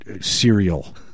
cereal